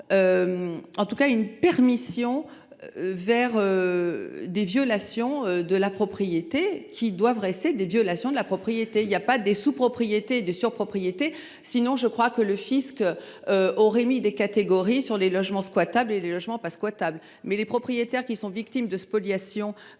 En tout cas une permission. Vers. Des violations de la propriété qui doivent rester des violations de la propriété, il y a pas des sous, propriété de sur propriété sinon je crois que le Fisc. Hormis des catégories sur les logements quoi les logements Pasqua table mais les propriétaires qui sont victimes de spoliations